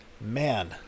Man